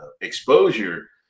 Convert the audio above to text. exposure